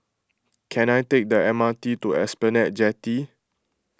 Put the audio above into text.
can I take the M R T to Esplanade Jetty